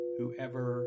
whoever